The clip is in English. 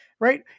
right